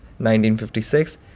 1956